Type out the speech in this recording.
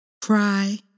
Cry